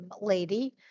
lady